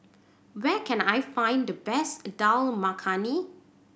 where can I find the best Dal Makhani